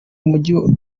mujyi